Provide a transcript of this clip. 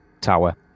tower